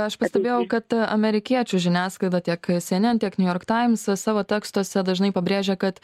aš pastebėjau kad amerikiečių žiniasklaida tiek cnn tiek new york times savo tekstuose dažnai pabrėžia kad